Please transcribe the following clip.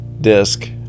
disc